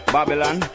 Babylon